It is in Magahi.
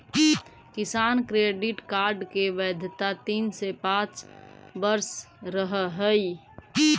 किसान क्रेडिट कार्ड की वैधता तीन से पांच वर्ष रहअ हई